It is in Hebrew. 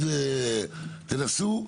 תנסו.